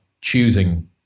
choosing